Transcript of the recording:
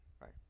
Right